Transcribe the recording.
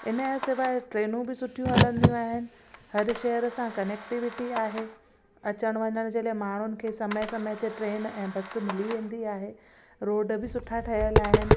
इनजे सवाइ ट्रेनूं बि सुठियूं हलंदियूं आहिनि हर शेहर सां कनेक्टिविटी आहे अचनि वञण जे लाइ माण्हूनि खे समय समय ते ट्रेन ऐं बस मिली वेंदी आहे रोड बि सुठा ठहियल आहिनि